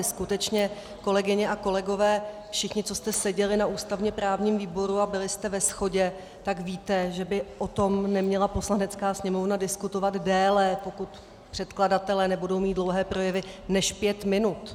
Skutečně, kolegyně a kolegové, všichni, co jste seděli na ústavněprávním výboru a byli jste ve shodě, tak víte, že by o tom neměla Poslanecká sněmovna diskutovat déle, pokud předkladatelé nebudou mít dlouhé projevy, než pět minut.